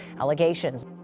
allegations